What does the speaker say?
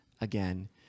again